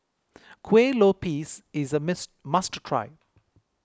Kueh Lopes is a mist must try